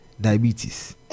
diabetes